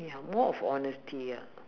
ya more of honesty ya